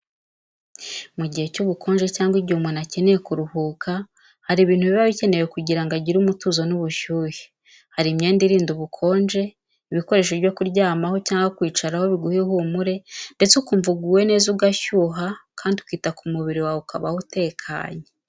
Mu gihe cy’ubukonje cyangwa igihe umuntu akeneye kuruhuka, hari ibintu biba bikenewe kugira ngo agire umutuzo n'ubushyuhe. Hari imyenda irinda ubukonje, ibikoresho byo kuryamaho cyangwa kwicaraho biguha ihumure, ndetse ukumva uguwe neza ugashyuha kandi ukita ku mubiri wawe ukabaho utekanye.